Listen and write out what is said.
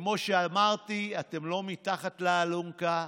כמו שאמרתי, אתם לא מתחת לאלונקה,